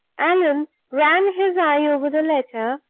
allan ran his eye over the letter,